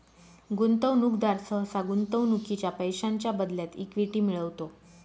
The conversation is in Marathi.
गुंतवणूकदार सहसा गुंतवणुकीच्या पैशांच्या बदल्यात इक्विटी मिळवतो